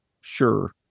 Sure